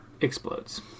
Explodes